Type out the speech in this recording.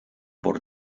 por